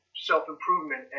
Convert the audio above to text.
self-improvement